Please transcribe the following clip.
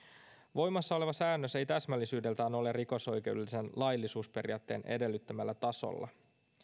voimassa oleva säännös ei täsmällisyydeltään ole rikosoikeudellisen laillisuusperiaatteen edellyttämällä tasolla